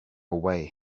away